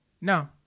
No